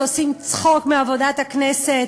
שעושים צחוק מעבודת הכנסת,